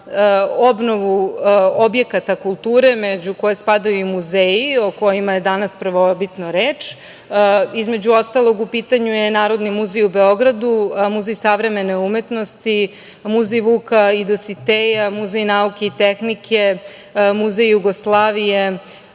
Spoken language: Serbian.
obnovu objekata kulture, među koje spadaju i muzeji, o kojima je danas prvobitno reč. Između ostalog, u pitanju je i Narodni muzej u Beogradu, Muzej savremene umetnosti, Muzej Vuka i Dositeja, Muzej nauke i tehnike, Muzej Jugoslavije,